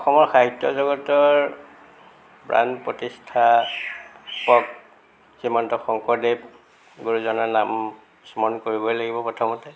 অসমৰ সাহিত্য়জগতৰ প্ৰাণ প্ৰতিষ্ঠা পক শ্ৰীমন্ত শংকৰদেৱ গুৰুজনাৰ নাম স্মৰণ কৰিবই লাগিব প্ৰথমতে